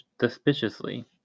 suspiciously